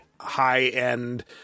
high-end